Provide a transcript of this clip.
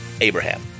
Abraham